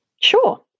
Sure